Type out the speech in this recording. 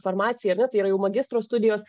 farmacija ar ne tai yra jau magistro studijos